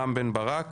רם בן ברק,